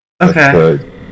Okay